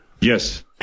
Yes